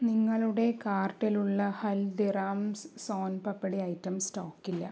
നിങ്ങളുടെ കാർട്ടിലുള്ള ഹൽദിറാംസ് സോൻ പാപ്ഡി ഐറ്റം സ്റ്റോക്കില്ല